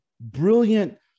brilliant